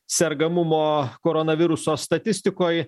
sergamumo koronaviruso statistikoj